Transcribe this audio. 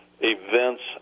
events